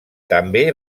també